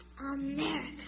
America